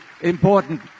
important